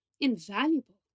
invaluable